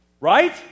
Right